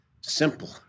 simple